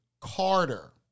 Carter